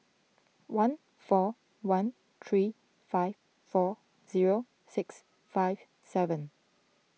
one four one three five four zero six five seven